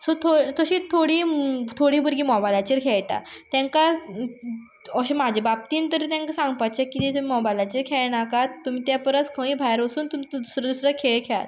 so तशीं थोडीं भुरगीं मोबायलाचेर खेळटा तेंकां अशें म्हाजे बाबतींत तरी तेंकां सांगपाचें की मोबायलाचेर खेळनाकात तुमी ते परस खंयीय भायर वचून दुसरे दुसरे खेळ खेळात